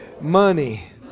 money